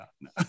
no